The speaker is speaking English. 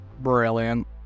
Brilliant